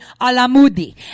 Alamudi